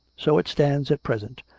so it stands at present.